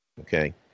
okay